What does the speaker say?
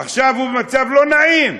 עכשיו הוא במצב לא נעים,